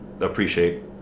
appreciate